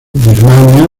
birmania